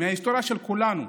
מההיסטוריה של כולנו,